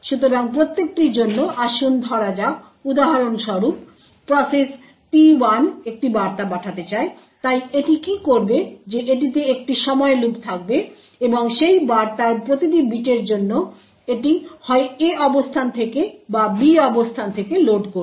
সুতরাং প্রত্যেকটির জন্য আসুন ধরা যাক উদাহরণ স্বরূপ প্রসেস P1 একটি বার্তা পাঠাতে চায় তাই এটি কি করবে যে এটিতে একটি সময় লুপ থাকবে এবং সেই বার্তার প্রতিটি বিটের জন্য এটি হয় A অবস্থান থেকে বা B অবস্থান থেকে লোড করবে